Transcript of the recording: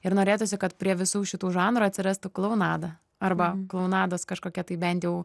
ir norėtųsi kad prie visų šitų žanrų atsirastų klounada arba klounados kažkokia tai bent jau